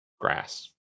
Grass